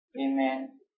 Amen